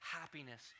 happiness